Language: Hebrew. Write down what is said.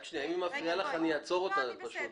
אני רוצה שתספיקי לנמק יותר הצעות.